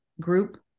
group